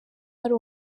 uwari